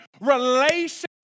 relationship